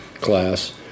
class